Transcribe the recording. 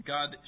God